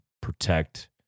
protect